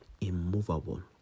immovable